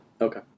Okay